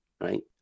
Right